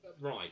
Right